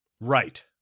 Right